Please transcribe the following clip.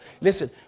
Listen